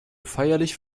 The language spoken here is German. feierlich